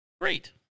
great